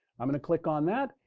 i'm going to click on that,